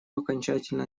окончательно